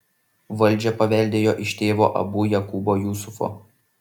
valdžią paveldėjo iš tėvo abu jakubo jusufo